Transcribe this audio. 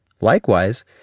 Likewise